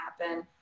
happen